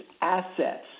assets